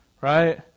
Right